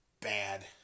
bad